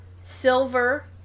silver